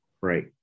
right